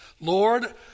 Lord